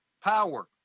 power